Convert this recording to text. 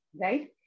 right